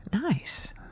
Nice